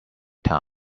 town